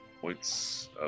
points